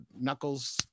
knuckles